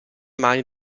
mani